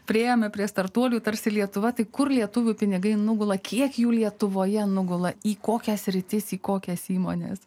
priėjome prie startuolių tarsi lietuva tai kur lietuvių pinigai nugula kiek jų lietuvoje nugula į kokias sritis į kokias įmones